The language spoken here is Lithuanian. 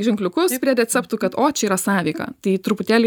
ženkliukus prie receptų kad o čia yra sąveika tai truputėlį